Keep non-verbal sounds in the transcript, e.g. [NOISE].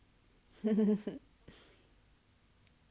[LAUGHS]